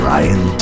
Ryan